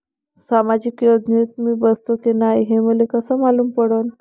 सामाजिक योजनेत मी बसतो की नाय हे मले कस मालूम पडन?